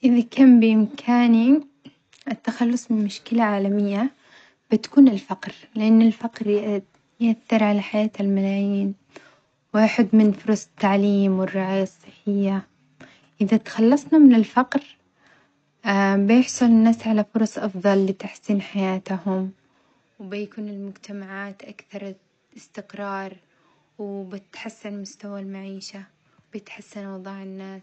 إذا كان بإمكاني التخلص من مشكلة عالمية بتكون الفقر لأن الفقر يؤثر على حياة الملايين ويحد من فرص التعليم والرعاية الصحية، إذا تخلصنا من الفقر بيحصل الناس على فرص أفظل لتحسين حياتهم وبيكون المجتمعات أكثر استقرار وبيتحسن مستوى المعيشة وبيتحسن وظع الناس.